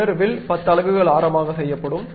பின்னர் வில் 10 அலகுகள் ஆரமாக செய்யப்படும்